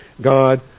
God